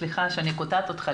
סליחה שאני קוטעת אותך,